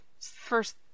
first